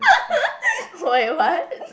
wait what